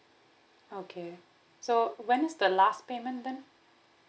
okay so when is the last payment then